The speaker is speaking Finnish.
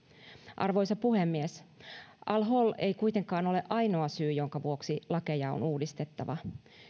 arvoisa puhemies al hol ei kuitenkaan ole ainoa syy jonka vuoksi lakeja on uudistettava